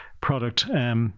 product